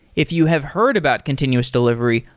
if you have heard about continuous delivery,